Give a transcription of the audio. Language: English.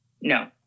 No